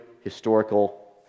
historical